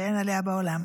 שאין עליה בעולם,